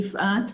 יפעת.